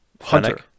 Hunter